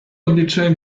obliczyłem